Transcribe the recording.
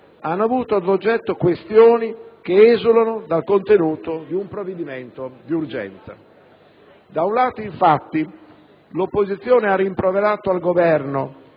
hanno avuto ad oggetto questioni che esulano dal contenuto di un provvedimento di urgenza. Da un lato, infatti, l'opposizione ha rimproverato al Governo